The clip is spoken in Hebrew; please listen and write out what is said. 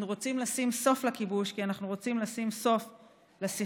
אנחנו רוצים לשים סוף לכיבוש כי אנחנו רוצים לשים סוף לסכסוך,